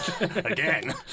Again